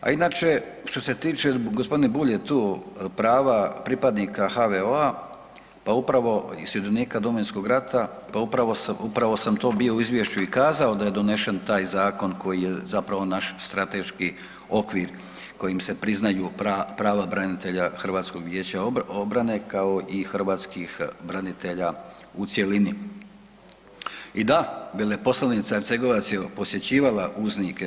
A inače što se tiče gospodin Bulj je tu prava pripadnika HVO-a, pa upravo i sudionika Domovinskog rata, pa upravo sam to bio u Izvješću i kazao da je donesen taj zakon koji je pravo naš strateški okvir kojim se priznaju prava branitelja Hrvatskog vijeća obrane kao i hrvatskih branitelja u cjelini i da veleposlanica Ercegovac je posjećivala uznike.